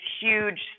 huge